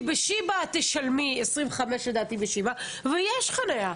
לדעתי, בשיבא תשלמי 25 שקלים, ויש חניה.